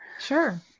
Sure